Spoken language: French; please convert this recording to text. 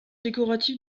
décoratif